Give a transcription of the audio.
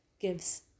gives